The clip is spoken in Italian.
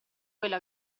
quello